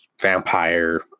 vampire